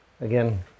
Again